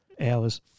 Hours